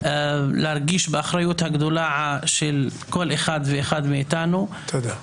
להרגיש באחריות הגדולה של כל אחד ואחד מאיתנו -- תודה.